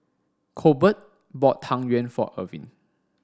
Colbert bought Tang Yuen for Irvine